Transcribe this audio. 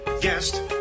guest